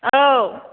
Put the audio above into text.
औ